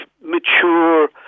mature